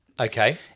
Okay